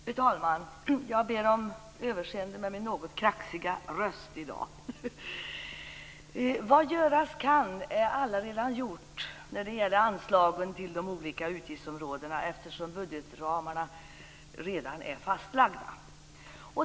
Fru talman! Jag ber om överseende med min något kraxiga röst i dag. Vad göras kan är allaredan gjort när det gäller anslagen till de olika utgiftsområdena, eftersom budgetramarna redan är fastlagda.